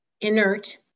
inert